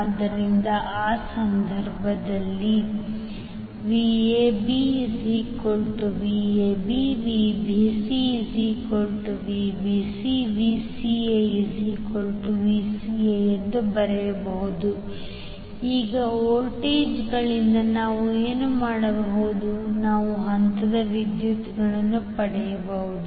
ಆದ್ದರಿಂದ ಆ ಸಂದರ್ಭದಲ್ಲಿ VabVAB VbcVBC VcaVCA ರೆಫರ್ಸ್ಲೈಡ್ಟೈಮ್ 19 01 ಈಗ ವೋಲ್ಟೇಜ್ಗಳಿಂದ ನಾವು ಏನು ಮಾಡಬಹುದು ನಾವು ಹಂತದ ವಿದ್ಯುತ್ಗಳನ್ನು ಪಡೆಯಬಹುದು